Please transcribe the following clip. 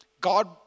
God